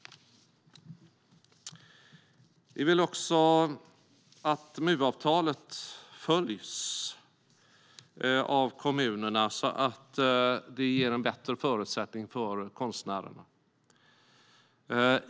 Vi vill också att MU-avtalet följs av kommunerna så att konstnärerna ges bättre förutsättningar.